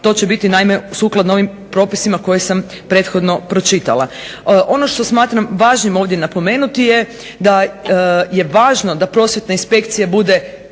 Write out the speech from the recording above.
to će biti sukladno ovim propisima koje sam prethodno pročitala. Ono što smatram važnim ovdje napomenuti je da je važno da prosvjetna inspekcija bude